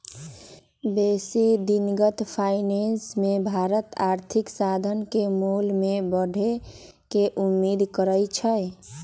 बेशी दिनगत फाइनेंस मे भारत आर्थिक साधन के मोल में बढ़े के उम्मेद करइ छइ